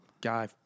guy